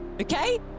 Okay